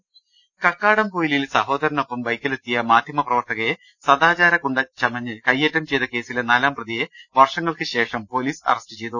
ൾട്ട്ട്ട്ട്ട്ട്ട കക്കാടംപൊയിലിൽ സഹോദർനൊപ്പം ബൈക്കിലെത്തിയ മാധ്യമ പ്രവർത്തകയെ സദാചാര ഗുണ്ട ചമഞ്ഞ് കൈയ്യേറ്റം ചെയ്ത കേസിലെ നാലാംപ്രതിയെ വർഷങ്ങൾക്ക് ശേഷം പൊലീസ് അറസ്റ്റ് ചെയ്തു